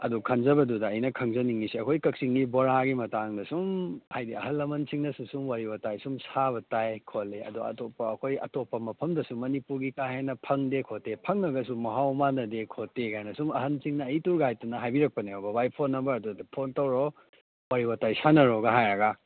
ꯑꯗꯨ ꯈꯟꯖꯕꯗꯨꯗ ꯑꯩꯅ ꯈꯪꯖꯅꯤꯡꯉꯤꯁꯦ ꯑꯩꯈꯣꯏ ꯀꯛꯆꯤꯡꯒꯤ ꯕꯣꯔꯥꯒꯤ ꯃꯇꯥꯡꯗ ꯁꯨꯝ ꯍꯥꯏꯗꯤ ꯑꯍꯜ ꯂꯃꯜꯁꯤꯡꯅꯁꯨ ꯁꯨꯝ ꯋꯥꯔꯤ ꯋꯥꯇꯥꯏ ꯁꯨꯝ ꯁꯥꯕ ꯇꯥꯏ ꯈꯣꯠꯂꯤ ꯑꯗꯣ ꯑꯇꯣꯞꯄ ꯑꯩꯈꯣꯏ ꯑꯇꯣꯞꯄ ꯃꯐꯝꯗꯁꯨ ꯃꯅꯤꯄꯨꯔꯒꯤ ꯀꯥ ꯍꯦꯟꯅ ꯐꯪꯗꯦ ꯈꯣꯠꯇꯦ ꯐꯪꯉꯒꯁꯨ ꯃꯍꯥꯎ ꯃꯥꯟꯅꯗꯦ ꯈꯣꯠꯇꯦ ꯀꯥꯏꯅ ꯁꯨꯝ ꯑꯍꯟꯁꯤꯡꯅ ꯑꯩ ꯇꯨꯔ ꯒꯥꯏꯗꯇꯨ ꯍꯥꯏꯕꯤꯔꯛꯄꯅꯦ ꯕꯕꯥꯒꯤ ꯐꯣꯟ ꯅꯝꯕꯔꯗꯨꯗ ꯐꯣꯟ ꯇꯧꯔꯣ ꯋꯥꯔꯤ ꯋꯥꯇꯥꯏ ꯁꯥꯟꯅꯔꯣꯒ ꯍꯥꯏꯔꯒ